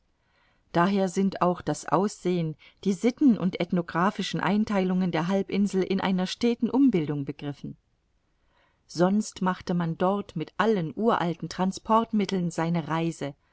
daher sind auch das aussehen die sitten und ethnographischen eintheilungen der halbinsel in einer steten umbildung begriffen sonst machte man dort mit allen uralten transportmitteln seine reise